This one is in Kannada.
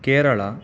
ಕೇರಳ